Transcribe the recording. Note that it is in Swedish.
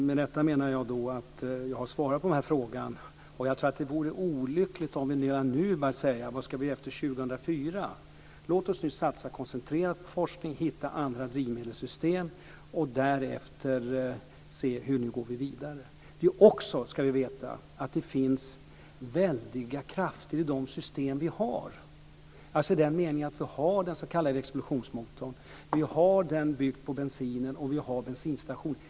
Med detta menar jag att jag har svarat på frågan. Det vore olyckligt om vi redan nu började fråga vad vi ska göra efter 2004. Låt oss nu satsa koncentrerat på forskning och hitta andra drivmedelssystem och därefter se hur vi går vidare. Vi ska också veta att det finns väldiga krafter i de system vi har, dvs. i den meningen att vi har den s.k. explosionsmotorn, att vi har den byggd på bensinen och att vi har bensinstationer.